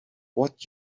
what